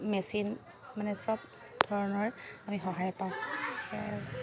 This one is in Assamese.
মেচিন মানে চব ধৰণৰ আমি সহায় পাওঁ